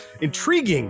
intriguing